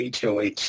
hoh